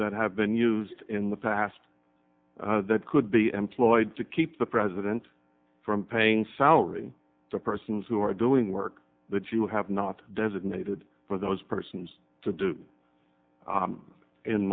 that have been used in the past that could be employed to keep the president from paying salary to persons who are doing work that you have not designated for those persons to do